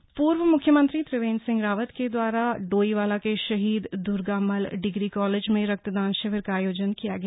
रक्तदान पूर्व मुख्यमंत्री त्रिवेंद्र सिंह रावत के द्वारा डोईवाला के शहीद दुर्गा मल्ल डिग्री कॉलेज में रक्तदान शिविर का आयोजन किया गया